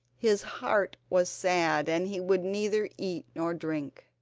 his heart was sad and he would neither eat nor drink.